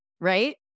Right